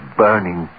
burning